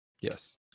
Yes